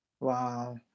Wow